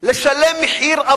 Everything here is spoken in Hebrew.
לשלם מחיר?